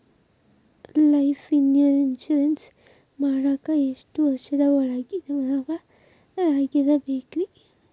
Life insurance ಮಾಡಾಕ ಎಷ್ಟು ವರ್ಷದ ಒಳಗಿನವರಾಗಿರಬೇಕ್ರಿ?